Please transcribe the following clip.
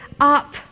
up